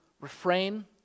refrain